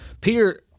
Peter